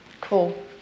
Cool